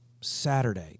Saturday